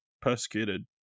persecuted